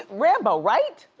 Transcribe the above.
rambo, right?